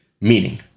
Meaning